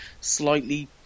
slightly